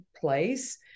place